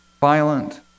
violent